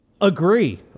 Agree